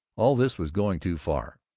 all this was going too far.